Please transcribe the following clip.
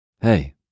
Hey